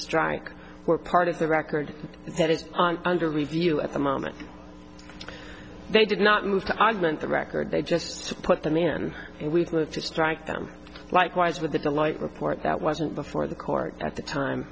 strike were part of the record and had it under review at the moment they did not move to augment the record they just put them in and we've moved to strike them likewise with the light report that wasn't before the court at the time